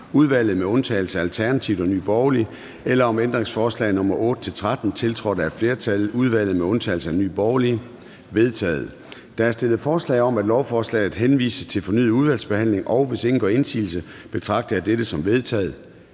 (udvalget med undtagelse af ALT og NB), eller om ændringsforslag nr. 8-13, tiltrådt af et flertal (udvalget med undtagelse af NB)? De er vedtaget. Der er stillet forslag om, at lovforslaget henvises til fornyet udvalgsbehandling, og hvis ingen gør indsigelse, betragter jeg dette som vedtaget.